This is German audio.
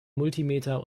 multimeter